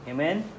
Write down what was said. Amen